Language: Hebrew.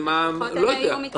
אם ההורים סבירים.